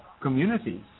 communities